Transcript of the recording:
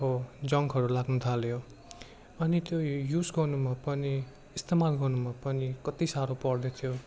हो जङ्कहरू लाग्न थाल्यो अनि त्यो युज गर्नुमा पनि इस्तमाल गर्नुमा पनि कति साह्रो पर्दै थियो